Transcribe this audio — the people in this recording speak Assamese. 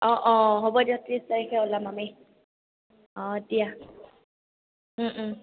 অঁ অঁ হ'ব দিয়া ত্ৰিছ তাৰিখে ওলাম আমি অঁ দিয়া